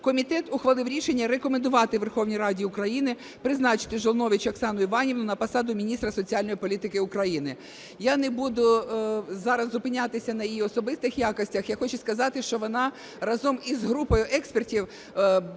Комітет ухвалив рішення рекомендувати Верховній Раді України призначити Жолнович Оксану Іванівну на посаду міністра соціальної політики України. Я не буду зараз зупинятися на її особистих якостях, я хочу сказати, що вона разом із групою експертів